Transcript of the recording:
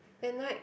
at night